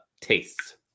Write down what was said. tastes